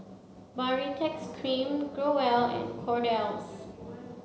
baritex cream Growell and Kordel's